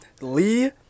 Lee